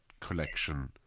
collection